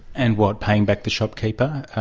and what, paying back the shopkeeper,